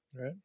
Right